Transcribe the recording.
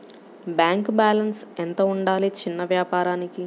Bank balance ఎంత ఉండాలి చిన్న వ్యాపారానికి?